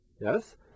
Yes